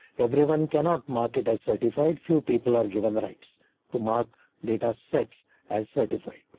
everyone cannot market as certified. few people are given rights to mark datasets as certified.